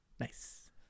Nice